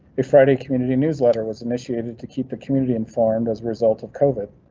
if friday community newsletter was initiated to keep the community informed as result of covid,